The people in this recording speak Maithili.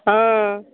हँ